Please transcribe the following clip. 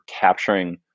capturing